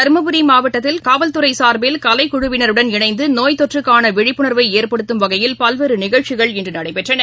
தருமபுரி மாவட்டத்தில் காவல்துறைசார்பில் கலைக்குழுவினருடன் இணைந்துநோய் தொற்றுக்கானவிழிப்புணர்வைஏற்படுத்தும் வகையில் பல்வேறுநிகழ்ச்சிகள் இன்றுநடைபெற்றன